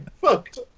Fucked